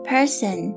Person